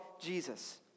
Jesus